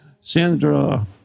sandra